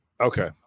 okay